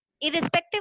Irrespective